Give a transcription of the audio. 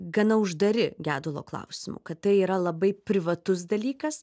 gana uždari gedulo klausimu kad tai yra labai privatus dalykas